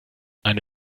eine